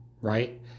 right